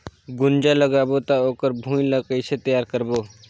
गुनजा लगाबो ता ओकर भुईं ला कइसे तियार करबो?